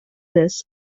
this